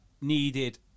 needed